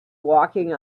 walking